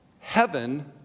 heaven